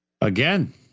Again